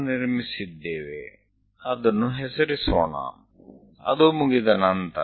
તો આપણે એક લંબચોરસ રચ્યું ચાલો તેને નામ આપીએ